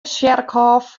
tsjerkhôf